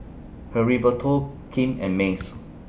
Heriberto Kim and Mace